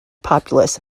populous